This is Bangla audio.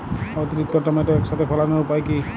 অতিরিক্ত টমেটো একসাথে ফলানোর উপায় কী?